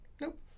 Nope